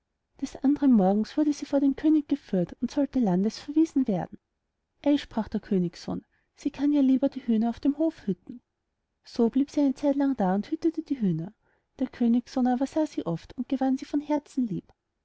des andern morgens wurde sie vor den könig geführt und sollte landes verwiesen werden ei sprach der königssohn sie kann ja lieber die hüner auf dem hof hüten so blieb sie eine zeitlang da und hütete die hüner der königssohn aber sah sie oft und gewann sie von herzen lieb